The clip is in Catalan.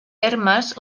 hermes